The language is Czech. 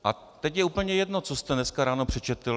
A teď je úplně jedno, co jste dneska ráno přečetl.